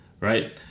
right